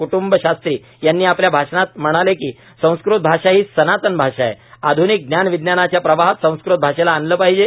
क्ट्ंबशास्त्री आपल्या भाषणात म्हणाले की संस्कृत भाषा ही सनातन भाषा आहे आध्निक ज्ञानविज्ञानाच्या प्रवाहात संस्कृत भाषेला आणले पाहिजे